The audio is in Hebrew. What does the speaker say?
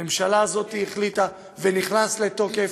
הממשלה הזאת החליטה וזה נכנס לתוקף,